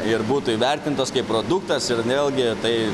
ir būtų įvertintos kaip produktas ir vėlgi tai